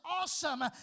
awesome